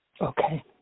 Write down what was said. Okay